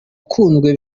ukunzwe